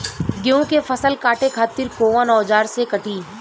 गेहूं के फसल काटे खातिर कोवन औजार से कटी?